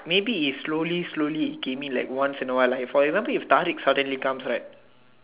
maybe if slowly slowly it came in like once in awhile lah for example if talik suddenly comes right